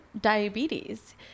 diabetes